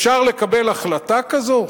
אפשר לקבל החלטה כזאת?